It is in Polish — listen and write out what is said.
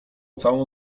całą